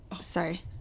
sorry